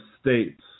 states